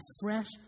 fresh